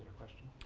question?